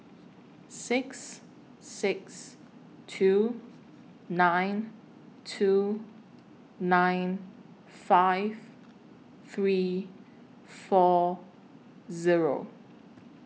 six six two nine two nine five three four Zero